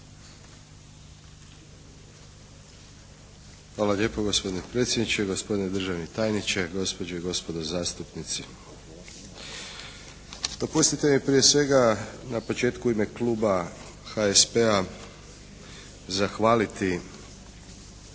Hvala lijepo gospodine predsjedniče, gospodine državni tajniče, gospođe i gospodo zastupnici. Dopustite mi prije svega na početku u ime kluba HSP-a zahvaliti